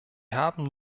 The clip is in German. haben